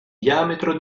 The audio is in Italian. diametro